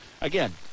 again –